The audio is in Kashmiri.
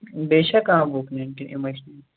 بیٚیہِ چھا کانٛہہ بُک نِنۍ کِنہٕ یِمَے